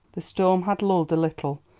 the storm had lulled a little,